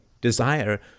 desire